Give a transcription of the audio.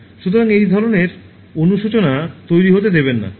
সুতরাং এই ধরণের অনুশোচনা তৈরি হতে দেবেন না